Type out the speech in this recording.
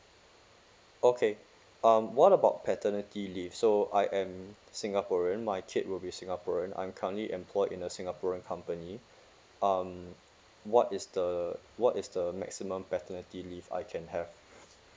okay um what about paternity leave so I am singaporean my kid will be singaporean I'm currently employed in a singaporean company um what is the what is the maximum paternity leave I can have